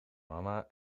mama